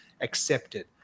accepted